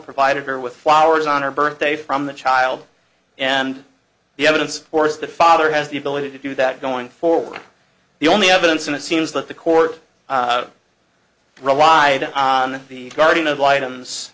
provided her with flowers on her birthday from the child and the evidence force the father has the ability to do that going forward the only evidence and it seems that the court relied on the guardian of lightens